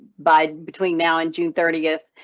but between now and june thirtieth,